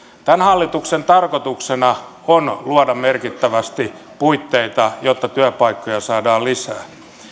tämän hallituksen tarkoituksena on luoda merkittävästi puitteita jotta työpaikkoja saadaan lisää